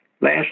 last